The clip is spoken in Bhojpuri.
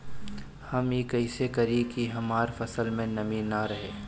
हम ई कइसे करी की हमार फसल में नमी ना रहे?